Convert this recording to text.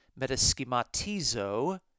metaschematizo